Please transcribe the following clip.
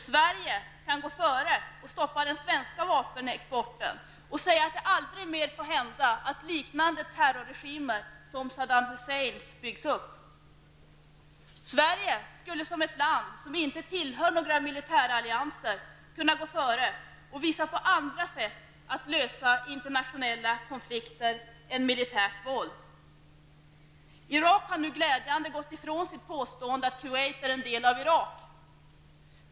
Sverige kan gå före och stoppa den svenska vapenexporten och säga att det aldrig mer får hända att liknande terrorregimer som Saddam Husseins byggs upp. Sverige skulle som ett land som inte tillhör några militärallianser kunna gå före och visa på andra sätt att lösa internationella konflikter än militärt våld. Irak har nu glädjande nog gått ifrån sitt påstående att Kuwait är en del av Irak.